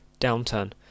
downturn